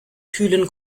kühlen